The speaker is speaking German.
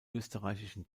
österreichischen